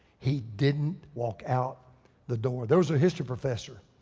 he didn't walk out the door. there was a history professor,